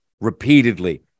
repeatedly